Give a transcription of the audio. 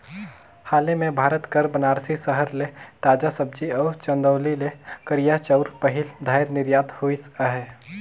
हाले में भारत कर बारानसी सहर ले ताजा सब्जी अउ चंदौली ले करिया चाँउर पहिल धाएर निरयात होइस अहे